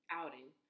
outing